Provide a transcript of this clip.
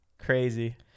Crazy